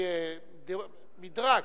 על-פי מדרג,